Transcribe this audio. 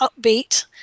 upbeat –